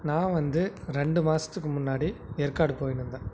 நான் வந்து ரெண்டு மாதத்துக்கு முன்னாடி ஏற்காடு போயிருந்தேன்